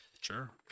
Sure